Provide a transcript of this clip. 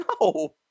No